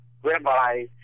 whereby